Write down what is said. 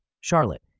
Charlotte